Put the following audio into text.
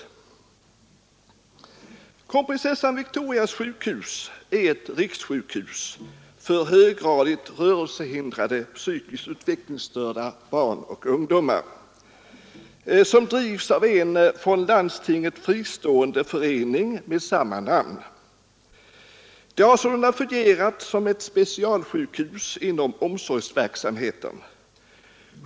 Kronprinsessans Victorias sjukhus är ett rikssjukhus för höggradigt rörelsehindrade psykiskt utvecklingsstörda barn och ungdomar. Det drivs av en från landstinget fristående förening med samma namn och har sålunda fungerat som ett specialsjukhus inom omsorgsverksamheten.